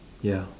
ya